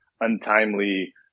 untimely